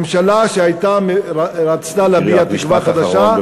ממשלה שרצתה להביע תקווה חדשה, משפט אחרון.